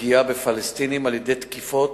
בפגיעה בפלסטינים על-ידי תקיפות,